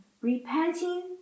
repenting